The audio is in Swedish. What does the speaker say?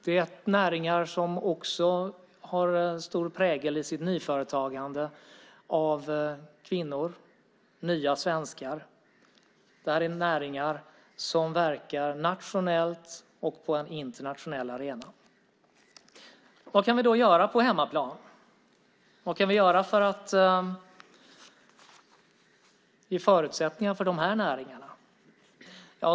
Det är näringar som i sitt nyföretagande också har stor prägel av kvinnor och nya svenskar. Det är näringar som verkar nationellt och på en internationell arena. Vad kan vi då göra på hemmaplan? Vad kan vi göra för att ge förutsättningar för dessa näringar?